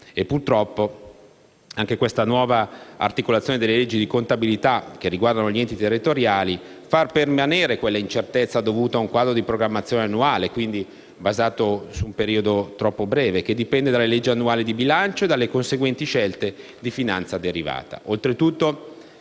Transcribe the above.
Purtroppo, anche la nuova articolazione delle leggi di contabilità che riguardano gli enti territoriali fa permanere quella incertezza dovuta a un quadro di programmazione annuale (quindi basato su un periodo troppo breve), che dipende dalle leggi annuali di bilancio e dalle conseguenti scelte di finanza derivata.